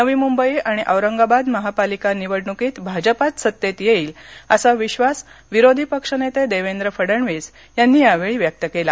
नवीमूंबई आणि औरंगाबाद महापालिका निवडणुकीत भाजपाच सत्तेत येईल असा विश्वास विरोधी पक्षनेते देवेंद्र फडणवीस यांनी यावेळी व्यक्त केला